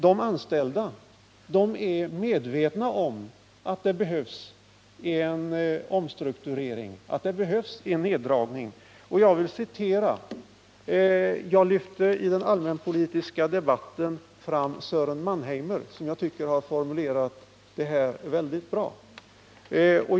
De anställda är medvetna om att det behövs en omstrukturering, en neddragning. I den allmänpolitiska debatten lyfte jag fram ett uttalande av Sören Mannheimer, som jag tycker har formulerat det här mycket bra.